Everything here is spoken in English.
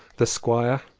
the squire,